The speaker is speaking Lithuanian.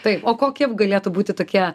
taip o kokie galėtų būti tokie